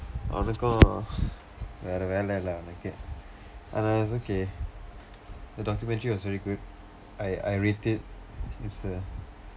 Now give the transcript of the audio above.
அதுக்கு வேற வேலை இல்லை அவனுக்கு அதான்:athukku veera veelai illai avanukku athaan it's okay the documetry was very good I I rate it it's a